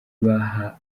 baharanire